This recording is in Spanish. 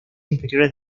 inferiores